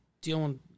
dealing